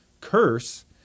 curse